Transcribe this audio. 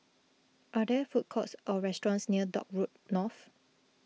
are there food courts or restaurants near Dock Road North